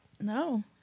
No